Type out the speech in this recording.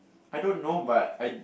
I don't know but I